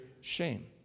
shame